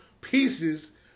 pieces